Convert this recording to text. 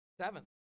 seventh